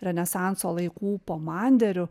renesanso laikų pomanderiu